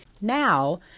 Now